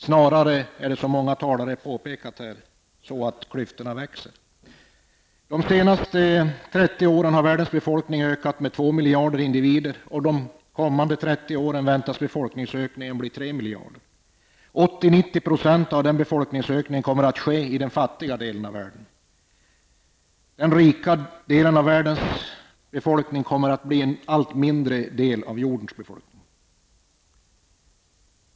Snarare växer klyftorna, vilket många talare här har påpekat. De senaste 30 åren har världens befolkning ökat med 2 miljarder individer, och de kommande 30 åren väntas befolkningsökningen bli 3 miljarder. 80--90 % av denna befolkningsökning kommer att ske i den fattiga delen av världen. De rika folken kommer att utgöra en allt mindre del av jordens befolkning.